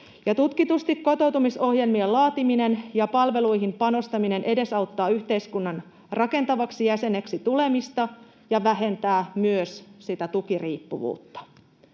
tutkitusti kotoutumisohjelmien laatiminen ja palveluihin panostaminen edesauttaa yhteiskunnan rakentavaksi jäseneksi tulemista ja vähentää myös sitä tukiriippuvuutta.